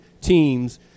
teams